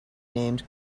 named